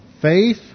faith